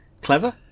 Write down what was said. clever